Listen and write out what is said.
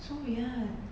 so weird